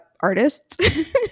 artists